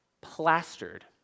plastered